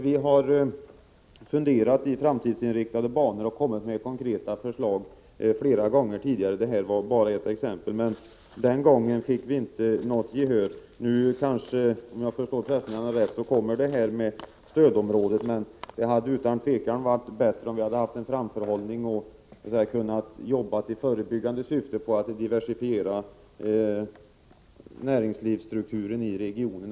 Vi har funderat i framtidsinriktade banor och kommit med konkreta förslag flera gånger tidigare — det här var bara ett exempel. Men vi fick inte gehör för våra synpunkter. Nu kommer kanske, om jag förstått det hela rätt, detta med stödområdet att genomföras. Men det hade utan tvekan varit bättre om vi haft en framförhållning och kunnat jobba i förebyggande syfte för att diversifiera näringslivsstrukturen i regionen.